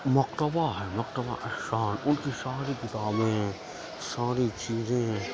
مکتبہ ہے مکتبہ احسان ان کی ساری کتابیں ساری چیزیں